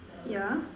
yeah